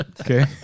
Okay